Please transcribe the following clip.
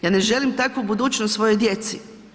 Ja ne želim takvu budućnost svojoj djeci.